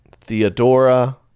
theodora